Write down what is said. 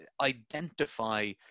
identify